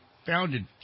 founded